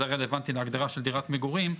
זה רלוונטי להגדרה של דירת מגורים,